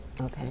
Okay